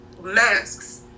Masks